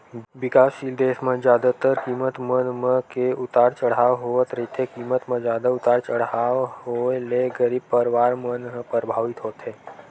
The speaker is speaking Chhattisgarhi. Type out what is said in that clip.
बिकाससील देस म जादातर कीमत मन म के उतार चड़हाव होवत रहिथे कीमत म जादा उतार चड़हाव होय ले गरीब परवार मन ह परभावित होथे